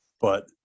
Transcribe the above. but-